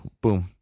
Boom